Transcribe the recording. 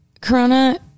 Corona